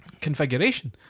configuration